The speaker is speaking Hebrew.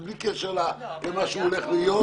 בלי קשר למה שהוא הולך להיות,